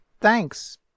thanks